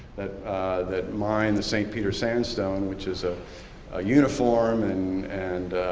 that that mine the st. peter sandstone, which is a ah uniform and and